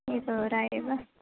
एकहोरा एव